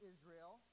Israel